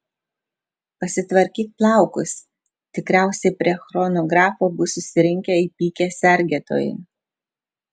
pasitvarkyk plaukus tikriausiai prie chronografo bus susirinkę įpykę sergėtojai